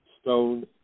Stone